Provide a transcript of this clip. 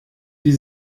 die